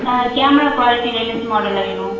camera quality latest மாடல்ல வேணும்